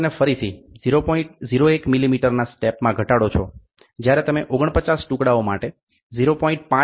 01 મિલીમીટરના સ્ટેપમાં ઘટાડો છો જ્યારે તમે 49 ટુકડાઓ માટે 0